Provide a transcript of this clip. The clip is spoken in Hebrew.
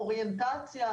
אוריינטציה,